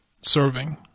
serving